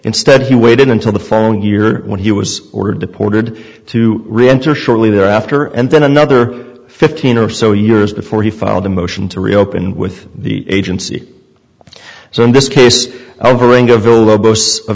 instead he waited until the following year when he was ordered deported to reenter shortly thereafter and then another fifteen or so years before he filed a motion to reopen with the agency so in this case